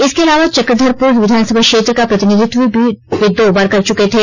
इसके अलावा चक्रधरपुर विधानसभा क्षेत्र का प्रतिनिधित्व भी वे दो बार कर चुके थे